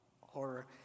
horror